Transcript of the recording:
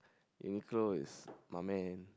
Uniqlo is my man